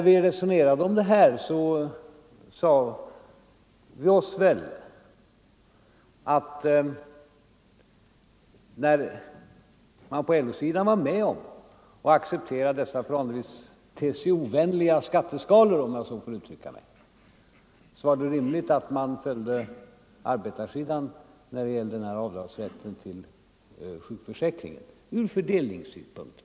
Vi sade oss att när man på LO-sidan accepterade dessa TCO-vänliga skatteskalor, om jag så får uttrycka mig, var det rimligt att man ur fördelningssynpunkt följde arbetarsidans önskemål i fråga om rätten till avdrag för sjukförsäkringsavgiften.